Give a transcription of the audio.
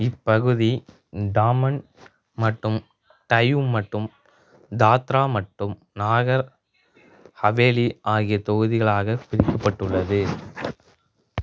இப்பகுதி டாமன் மற்றும் டையூ மற்றும் தாத்ரா மற்றும் நாகர் ஹவேலி ஆகிய தொகுதிகளாகப் பிரிக்கப்பட்டுள்ளது